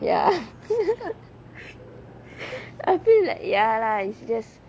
ya ya I feel like ya lah it's just